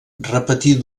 repetir